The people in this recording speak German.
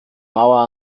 mauer